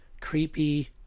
creepy